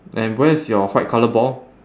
and where's your white colour ball